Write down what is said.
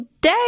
day